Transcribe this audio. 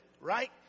Right